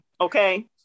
Okay